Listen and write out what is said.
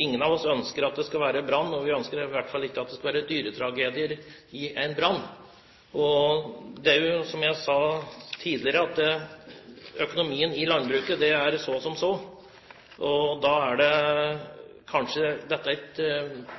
ingen av oss ønsker at det skal brenne, og vi ønsker i hvert fall ikke dyretragedier i en brann. Som jeg har sagt tidligere: Økonomien i landbruket er så som så, og da er kanskje dette